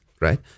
Right